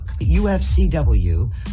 UFCW